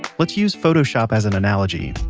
let's use photoshop as an analogy.